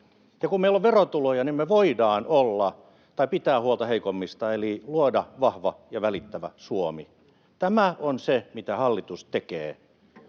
kun meillä on verotuloja, niin me voidaan pitää huolta heikommista eli luoda vahva ja välittävä Suomi. Tämä on se, mitä hallitus tekee.